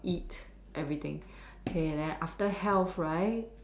eat everything okay then after health right